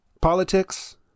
Politics